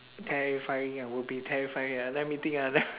terrifying ah will be terrifying uh let me think ah l~